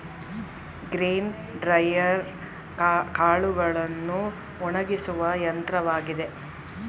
grain dryer ಕಾಳುಗಳನ್ನು ಒಣಗಿಸುವ ಯಂತ್ರವಾಗಿದೆ